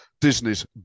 Disney's